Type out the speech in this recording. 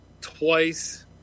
twice